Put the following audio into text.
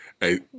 Hey